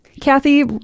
Kathy